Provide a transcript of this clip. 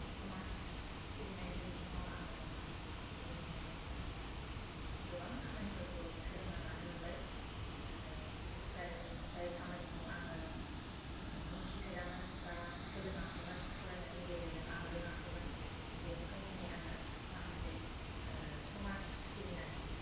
समाज सिबिनायनि बिथिङाव आङो दिनैहाय गोबां खामानिफोरखौ सोलोंना लानो मोनबाय जाय जाय खामानिखौ आङो मिथिफेरामोन एबा सोलोङाखैमोन फरायनायनि गेजेरजों आं रोङाखैमोन बेखौहाय दिनै आङो माखासे समाज सिबिनाय